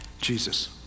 Jesus